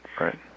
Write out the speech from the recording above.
Right